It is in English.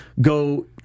go